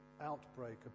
outbreak